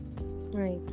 Right